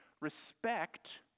respect